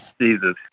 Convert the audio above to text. Jesus